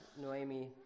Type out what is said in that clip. Noemi